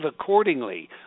accordingly